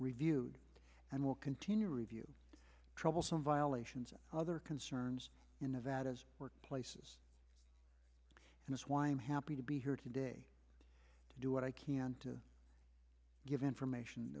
reviewed and will continue to review troublesome violations and other concerns in nevada as workplaces and it's why i'm happy to be here today to do what i can to give information